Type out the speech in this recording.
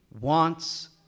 wants